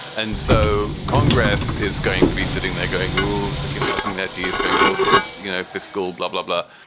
and so congress is going to be sitting there going, who keep sucking that he is going, oh, this is, you know, fiscal blah, blah, blah.